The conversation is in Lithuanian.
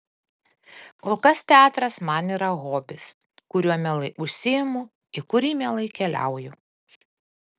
kol kas teatras man yra hobis kuriuo mielai užsiimu į kurį mielai keliauju